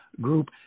group